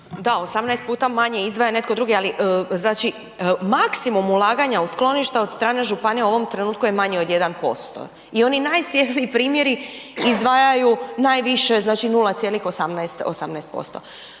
Da, 18 puta manje izdvaja netko drugi, ali znači maksimum ulaganja u skloništa od strane županija u ovom trenutku je manji od 1% i oni najsvjetliji primjeri izdvajaju najviše znači 0,18,